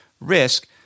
risk